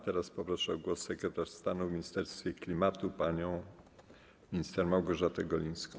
Teraz poproszę o zabranie głosu sekretarza stanu w Ministerstwie Klimatu panią minister Małgorzatę Golińską.